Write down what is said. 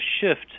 shift